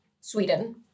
Sweden